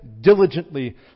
diligently